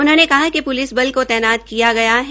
उन्होंने कहा कि प्लिस बल को तैनात किया गया है